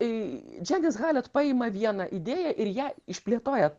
džianis halet paima vieną idėją ir ją išplėtoja